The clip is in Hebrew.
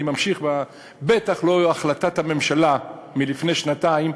אני בטח לא ממשיך בהחלטת הממשלה מלפני שנתיים,